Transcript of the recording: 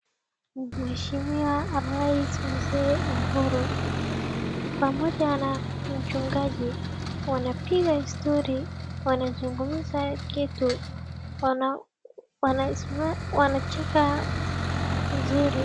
Mheshimiwa Rais Mzee Uhuru pamoja na mchungaji, wanapiga histori wanazungumza kitu wana smile wanacheka vizuri.